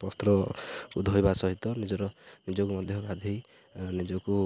ବସ୍ତ୍ରକୁ ଧୋଇବା ସହିତ ନିଜର ନିଜକୁ ମଧ୍ୟ ଗାଧୋଇ ନିଜକୁ